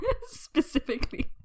specifically